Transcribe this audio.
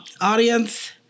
Audience